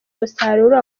umusaruro